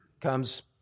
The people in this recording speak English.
Comes